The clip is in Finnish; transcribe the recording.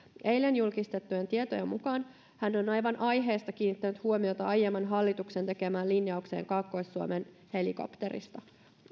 eilen julkistettujen tietojen mukaan hän on aivan aiheesta kiinnittänyt huomiota aiemman hallituksen tekemään linjaukseen kaakkois suomen helikopterista